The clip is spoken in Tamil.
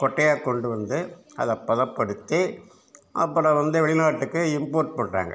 கொட்டையாக கொண்டு வந்து அதை பதப்படுத்தி அப்புறம் வந்து வெளிநாட்டுக்கு இம்போர்ட் பண்ணுறாங்க